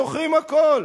זוכרים הכול,